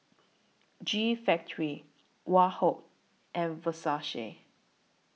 G Factory Woh Hup and Versace